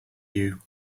you